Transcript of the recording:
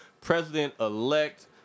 President-elect